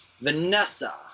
Vanessa